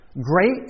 great